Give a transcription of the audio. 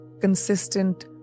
consistent